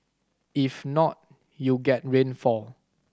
if not you get rainfall